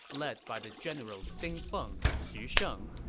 led by the generals ding feng and xu sheng.